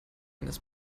eines